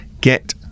get